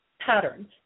patterns